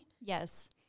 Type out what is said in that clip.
yes